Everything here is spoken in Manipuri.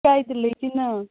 ꯀꯗꯥꯏꯗ ꯂꯩꯕꯒꯦ ꯅꯪ